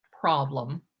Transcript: problem